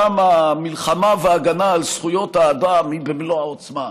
שם המלחמה וההגנה על זכויות האדם היא במלוא העוצמה,